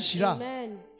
Amen